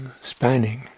spanning